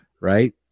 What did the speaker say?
right